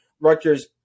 Rutgers